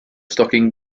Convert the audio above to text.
stocking